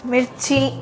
ಮಿರ್ಚಿ